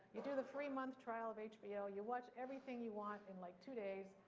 you do the free month trial of hbo, you watch everything you want in like two days,